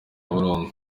burundu